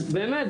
אז באמת,